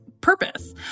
purpose